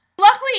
Luckily